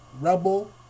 Rebel